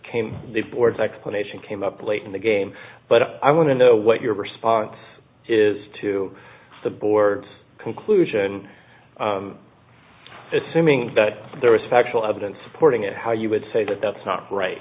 came the board's explanation came up late in the game but i want to know what your response is to the board's conclusion assuming that there is factual evidence supporting it how you would say that that's not right